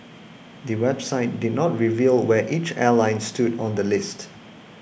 the website did not reveal where each airline stood on the list